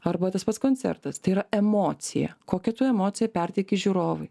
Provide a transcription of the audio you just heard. arba tas pats koncertas tai yra emocija kokią tu emociją perteikti žiūrovui